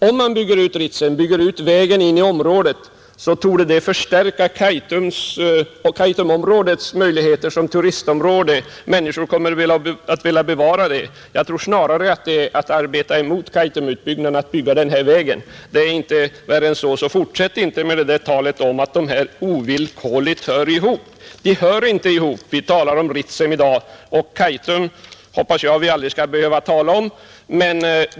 Om man bygger ut Ritsem och vägen in i det området, så torde det förstärka Kaitums och Kaitumområdets möjligheter som turistområde. Människor kommer att vilja bevara detta. Att bygga den vägen tror jag snarare är att arbeta emot Kaitumutbyggnaden. Värre är inte problemet. Så fortsätt inte med det där talet om att dessa projekt ovillkorligen hör ihop. De hör inte ihop. Vi talar om Ritsem i dag. Kaitum hoppas jag vi aldrig skall behöva tala om.